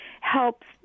helps